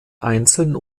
einzeln